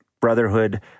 brotherhood